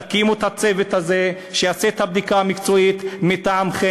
תקימו את הצוות הזה שיעשה את הבדיקה המקצועית מטעמכם,